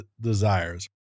desires